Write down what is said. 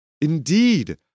Indeed